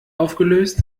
aufgelöst